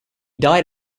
died